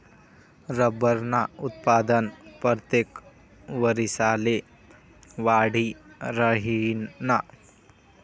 रबरनं उत्पादन परतेक वरिसले वाढी राहीनं